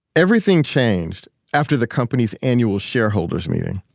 everything changed after the company's annual shareholders meeting.